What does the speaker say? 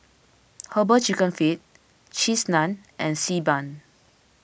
Herbal Chicken Feet Cheese Naan and Xi Ban